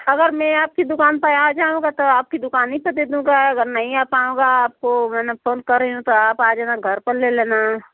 अगर मैँ आपकी दुकान पर आ जाऊँगा तो आप की दुकान ही पर दे दूँगा अगर नहीं आ पाऊँगा आपको अगर मैं फोन कर रही तो आप आ जाना घर पर ले लेना